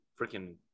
freaking